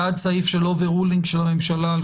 בעד סעיף של אובר-רולינג של הממשלה על